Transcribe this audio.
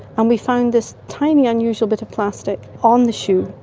and we found this tiny unusual bit of plastic on the shoe,